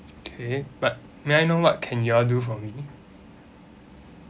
okay but may I know what can you all do for me